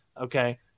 Okay